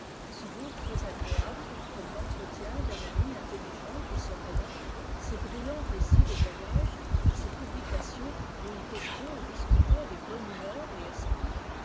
souvent très agréable comme l'entretien d'un ami intelligent qui serait là ces brillants récits de voyages ces publications où une question est discutée avec bonne humeur et